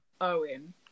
owen